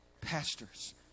pastors